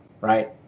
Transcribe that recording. right